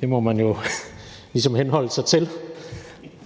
Det må man jo ligesom henholde sig til